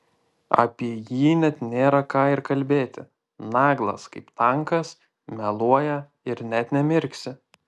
apie jį net nėra ką ir kalbėti naglas kaip tankas meluoja ir net nemirksi